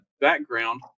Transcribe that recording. background